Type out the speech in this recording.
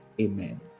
amen